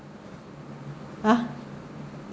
ah